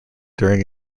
during